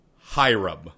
Hiram